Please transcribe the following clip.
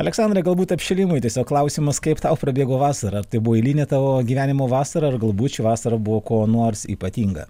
aleksandrai galbūt apšilimui tiesiog klausimas kaip tau prabėgo vasara tai buvo eilinė tavo gyvenimo vasara ar galbūt ši vasara buvo kuo nors ypatinga